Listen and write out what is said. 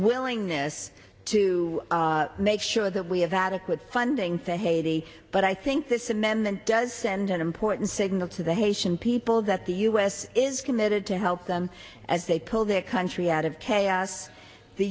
willingness to make sure that we have adequate funding for haiti but i think this amendment does send an important signal to the haitian people that the u s is committed to help them as they pull their country out of chaos the